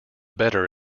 better